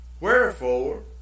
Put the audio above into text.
Wherefore